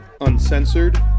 uncensored